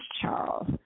Charles